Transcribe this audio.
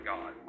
God